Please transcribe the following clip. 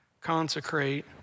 consecrate